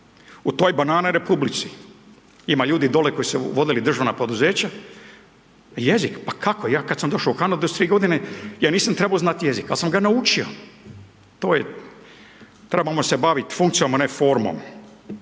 U toj banana republici ima ljudi dole koji su vodili državna poduzeća, jezik pa kako ja kad sam došao u Kanadu s 3 godine, ja nisam trebo znat jezik, al sam ga naučio, to je trebamo se bavit funkcijom a ne formom.